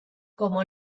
como